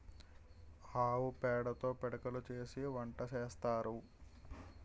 ఆవు పేడతో పిడకలు చేసి వంట సేత్తారు